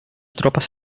tropas